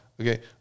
Okay